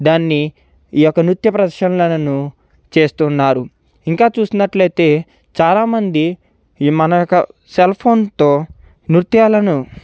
దాన్ని ఈ యొక్క నృత్య ప్రదర్శనలను చేస్తూ ఉన్నారు ఇంకా చూసినట్లయితే చాలా మంది ఈ మన యొక్క సెల్ఫోన్తో నృత్యాలను